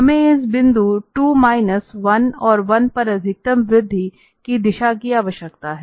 हमें इस बिंदु 2 माइनस 1 और 1 पर अधिकतम वृद्धि की दिशा की आवश्यकता है